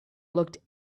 looked